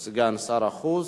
בגבעת-התחמושת,